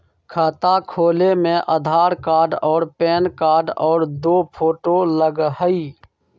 खाता खोले में आधार कार्ड और पेन कार्ड और दो फोटो लगहई?